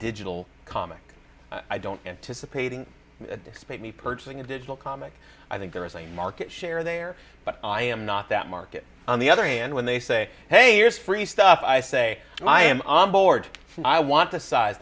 digital comic i don't anticipating despite me purchasing a digital comic i think there is a market share there but i am not that market on the other hand when they say hey here's free stuff i say i am on board and i want to size